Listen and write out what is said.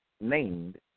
named